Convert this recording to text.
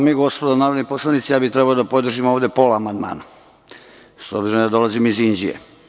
Dame i gospodo narodni poslanici, ja bih trebao da podržim pola amandmana, s obzirom da dolazim iz Inđije.